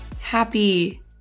Happy